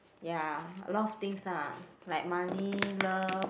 ya a lot of things lah like money love